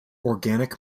organic